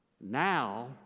Now